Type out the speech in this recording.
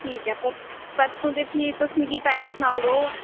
ठीक ऐ परसूं ते फी तुस मिगी टाइम सनाऊ उड़ो